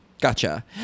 Gotcha